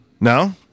No